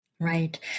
Right